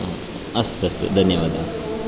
अस्तु अस्तु धन्यवादाः